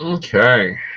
Okay